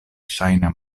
ŝajna